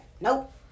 nope